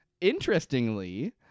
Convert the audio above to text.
Interestingly